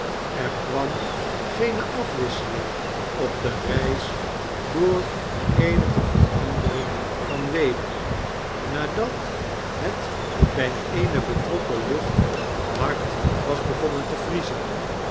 br kwam geene afwisseling op de reis door eenige verandering van weder nadat het bjj eene betrokken lucht hard was begonnen te vriezen